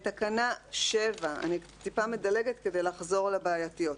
אני קצת מדלגת כדי לחזור לבעייתיות: